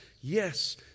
Yes